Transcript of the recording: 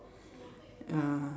uh